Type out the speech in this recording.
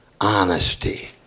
honesty